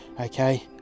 okay